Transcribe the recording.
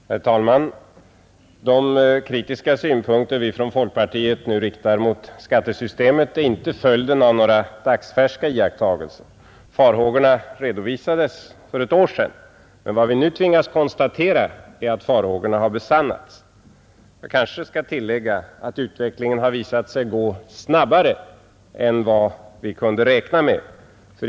Herr talman! De kritiska synpunkter vi från folkpartiets sida nu riktar mot skattesystemet är inte följden av några dagsfärska iakttagelser. Farhågorna redovisades för ett år sedan, men vad vi nu tvingas konstatera är att farhågorna har besannats. Jag kanske skall tillägga, att utvecklingen har visat sig gå snabbare än vad vi kunde räkna med.